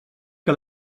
que